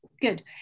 good